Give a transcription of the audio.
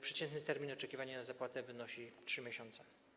Przeciętny termin oczekiwania na zapłatę wynosi 3 miesiące.